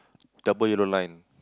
double yellow line